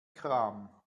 kram